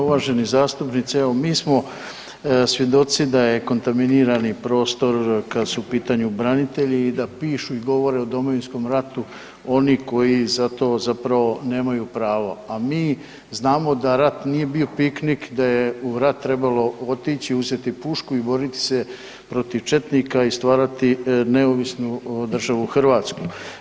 Uvaženi zastupniče, evo mi smo svjedoci da je kontaminirani prostor kad su u pitanju branitelji i da pišu, govore o Domovinskom ratu oni koji za to zapravo nemaju pravo a mi znamo da rat nije bio piknik, da je u rat trebalo otići, uzeti pušku i boriti se protiv četnika i stvarati neovisnu državu Hrvatsku.